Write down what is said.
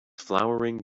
flowering